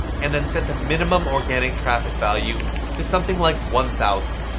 and then set the minimum organic traffic value to something like one thousand.